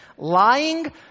lying